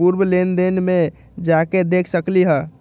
पूर्व लेन देन में जाके देखसकली ह?